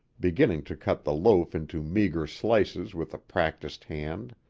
beginning to cut the loaf into meager slices with a practised hand.